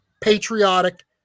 patriotic